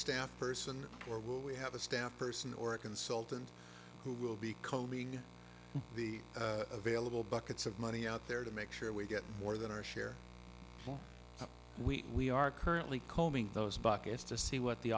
staff person or will we have a staff person or a consultant who will be combing the available buckets of money out there to make sure we get more than our share of wheat we are currently combing those buckets to see what the